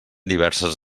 diverses